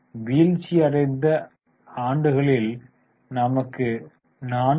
எனவே வீழ்ச்சியடைந்த ஆண்டுகளில் நமக்கு 4